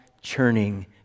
churning